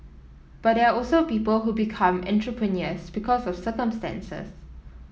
but there are also people who become entrepreneurs because of circumstances